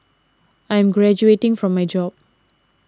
I'm graduating from my job